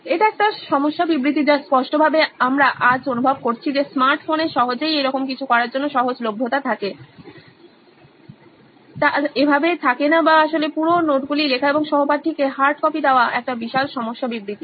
এটা একটা সমস্যা বিবৃতি যা স্পষ্টভাবে আমরা আজ অনুভব করছি যে স্মার্ট ফোনে সহজেই এইরকম কিছু করার জন্য সহজলভ্যতা থাকে তার এভাবে থাকে না বা আসলে পুরো নোটগুলি লেখা এবং সহপাঠীকে হার্ড কপি দেওয়া একটি বিশাল সমস্যা বিবৃতি